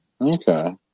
Okay